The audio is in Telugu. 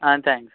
ఆ థాంక్స్